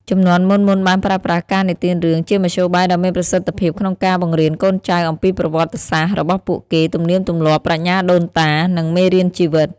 ជំនាន់មុនៗបានប្រើប្រាស់ការនិទានរឿងជាមធ្យោបាយដ៏មានប្រសិទ្ធភាពក្នុងការបង្រៀនកូនចៅអំពីប្រវត្តិសាស្ត្ររបស់ពួកគេ ទំនៀមទម្លាប់ ប្រាជ្ញាដូនតា និងមេរៀនជីវិត។